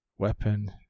weapon